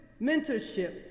mentorship